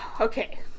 okay